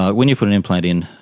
ah when you put an implant in,